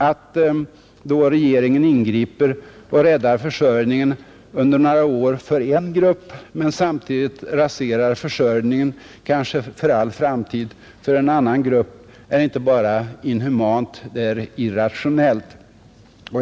Att då regeringen ingriper och räddar försörjningen under några år för en grupp men samtidigt raserar försörjningen kanske för all framtid för en annan grupp är inte bara inhumant — det är irrationellt.